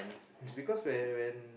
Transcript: because when when